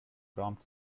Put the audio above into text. prompt